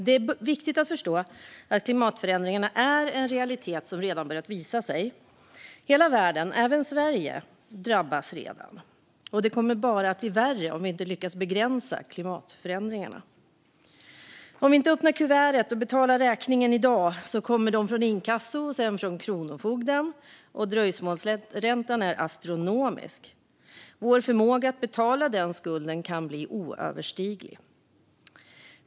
Det är viktigt att förstå att klimatförändringarna är en realitet som redan börjat visa sig. Hela världen drabbas redan, även Sverige, och det kommer bara att bli värre om vi inte lyckas begränsa klimatförändringarna. Om vi inte öppnar kuvertet och betalar räkningen i dag kommer de från inkasso och sedan från Kronofogden, och dröjsmålsräntan blir astronomisk. Vår förmåga att betala den skulden kan bli obefintlig.